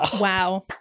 Wow